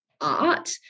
art